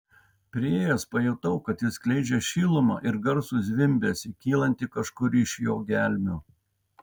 priėjęs pajutau kad jis skleidžia šilumą ir garsų zvimbesį kylantį kažkur iš jo gelmių